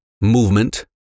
movement